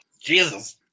Jesus